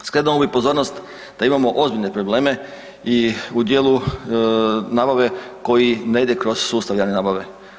Skrenuo bih pozornost da imamo ozbiljne probleme u dijelu nabave koji ne ide kroz sustav javne nabave.